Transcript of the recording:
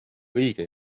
õige